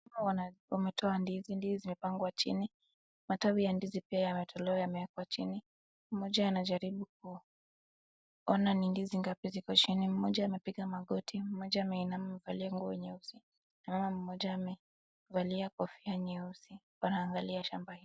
Hawa wametoa ndizi, ndizi zimepangwa chini, matawi ya ndizi pia yametolewa yamewekwa chini. Mmoja anajaribu kuona ni ndizi ngapi ziko chini. Mmoja amepiga magoti, mmoja ameinama amevalia nguo nyeusi na mama mmoja maevalai kofia nyeusi wanaangalia shamba hii.